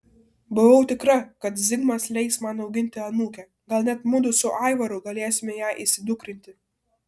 buvau tikra kad zigmas leis man auginti anūkę gal net mudu su aivaru galėsime ją įsidukrinti